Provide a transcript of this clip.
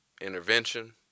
intervention